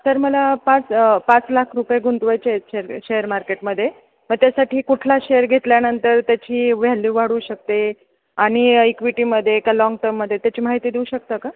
sir मला पाच पाच लाख रुपये गुंतवायचे आहेत शेअर शेअर मार्केटमध्ये मग त्यासाठी कुठला शेअर घेतल्यानंतर त्याची व्हॅल्यू वाढू शकते आणि इक्विटीमध्ये का लॉन्ग टर्ममध्ये त्याची माहिती देऊ शकता का